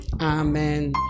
Amen